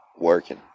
working